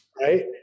right